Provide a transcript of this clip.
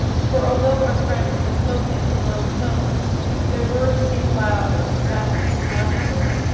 for although our friends had spoken in low tones their words seemed loud in the silence surrounding them.